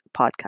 podcast